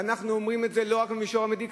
ואנחנו אומרים את זה לא רק במישור המדיני,